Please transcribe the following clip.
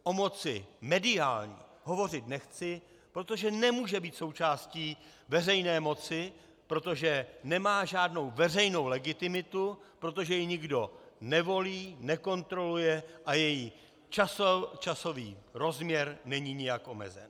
O moci mediální hovořit nechci, protože nemůže být součástí veřejné moci, protože nemá žádnou veřejnou legitimitu, protože ji nikdo nevolí, nekontroluje a její časový rozměr není nijak omezen.